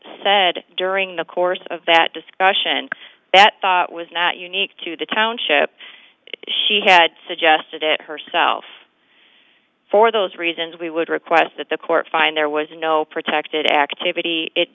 said during the course of that discussion that thought was not unique to the township she had suggested it herself for those reasons we would request that the court find there was no protected activity it